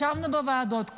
ישבנו בוועדות.